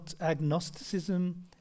agnosticism